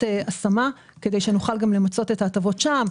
השמה כדי שנוכל גם למצות את ההטבות שם.